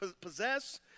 possess